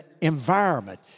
environment